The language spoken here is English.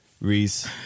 Reese